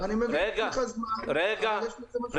אני מבין שאין לך זמן, אבל יש --- רגע.